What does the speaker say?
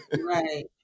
right